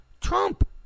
Trump